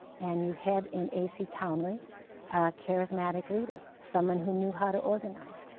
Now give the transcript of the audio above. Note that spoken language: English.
and you had in a c. townley a charismatic leader, someone who knew how to organize,